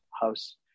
house